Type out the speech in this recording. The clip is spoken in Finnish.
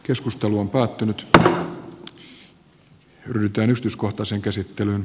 että se velvoittaa meitä joka tapauksessa